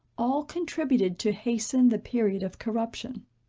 all contributed to hasten the period of corruption.